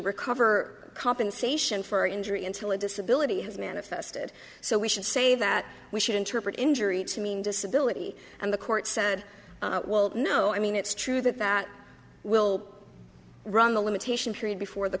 recover compensation for injury until a disability has manifested so we should say that we should interpret injury to mean disability and the court said no i mean it's true that that will run the limitation period before the